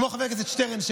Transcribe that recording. כמו חבר הכנסת שטרן,